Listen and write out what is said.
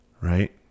Right